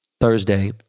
Thursday